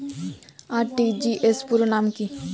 RTGS পুরো নাম কি?